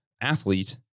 athlete